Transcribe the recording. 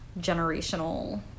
generational